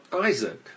isaac